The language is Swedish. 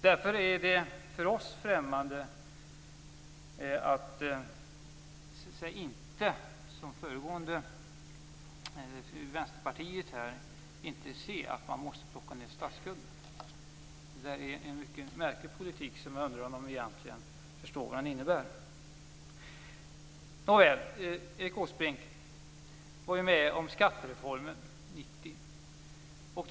Därför är det främmande för oss att resonera som Vänsterpartiet och inte inse att man måste plocka ned statsskulden. Vänsterpartiets politik är mycket märklig, och jag undrar om partiets företrädare förstår vad den egentligen innebär. Erik Åsbrink var ju med om skattereformen 1990.